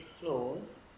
floors